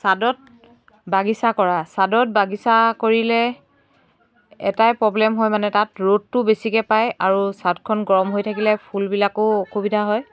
ছাদত বাগিচা কৰা ছাদত বাগিচা কৰিলে এটাই প্ৰব্লেম হয় মানে তাত ৰ'দটো বেছিকৈ পায় আৰু ছাদখন গৰম হৈ থাকিলে ফুলবিলাকো অসুবিধা হয়